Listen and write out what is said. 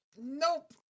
Nope